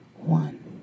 one